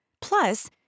Plus